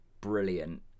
brilliant